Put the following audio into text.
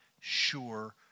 sure